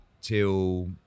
till